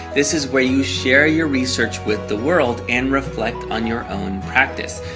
this is where you share your research with the world and reflect on your own practice.